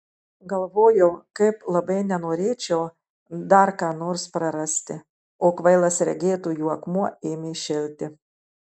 galvojau kaip labai nenorėčiau dar ką nors prarasti o kvailas regėtojų akmuo ėmė šilti